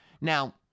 Now